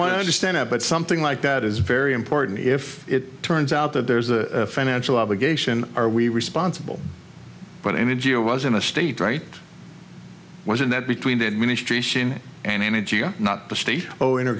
want to understand but something like that is very important if it turns out that there's a financial obligation are we responsible but energy a was in a state right now isn't that between the administration and energy not the state oh in